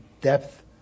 depth